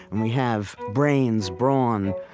and we have brains, brawn,